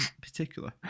particular